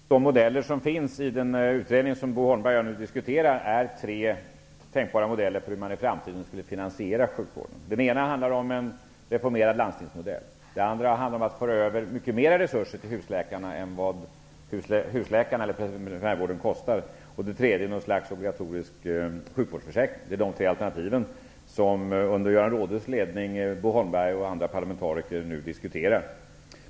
Herr talman! Jag vill bara peka på det faktum att de tre modeller som finns i den utredning som Bo Holmberg och jag diskuterar är tänkbara för den framtida finansieringen av sjukvården. För det första handlar det om en reformerad landstingsmodell. För det andra handlar det om att föra över långt större resurser till husläkarna än vad husläkarna eller primärvården kostar. För det tredje handlar det om ett slags obligatorisk sjukvårdsförsäkring. Det är dessa tre alternativ som under Göran Rohdes ledning Bo Holmberg och andra parlamentariker nu diskuterar.